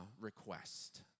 request